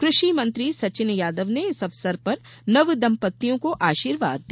कृषि मंत्री सचिन यादव ने इस अवसर पर नवदंपत्तियों को आशीर्वाद दिया